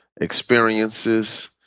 experiences